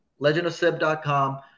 Legendofsib.com